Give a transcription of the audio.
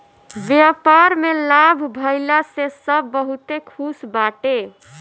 व्यापार में लाभ भइला से सब बहुते खुश बाटे